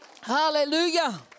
Hallelujah